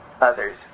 others